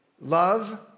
love